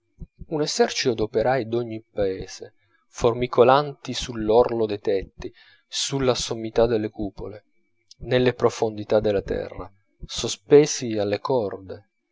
un esercito d'operai d'ogni paese formicolanti sull'orlo dei tetti sulla sommità delle cupole nelle profondità della terra sospesi alle corde